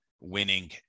winning